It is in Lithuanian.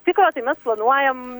tikro tai mes planuojam